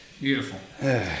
Beautiful